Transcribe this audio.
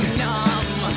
numb